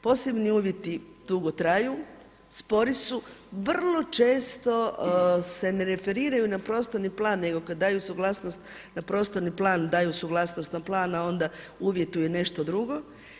Posebni uvjeti dugo traju, spori su, vrlo često se ne referiraju na prostorni plan nego kada daju suglasnost na prostorni plan, daju suglasnost na plan a onda uvjetuju nešto drugo.